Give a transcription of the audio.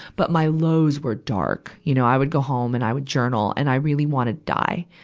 but my lows were dark. you know, i would go home and i would journal, and i really wanna die.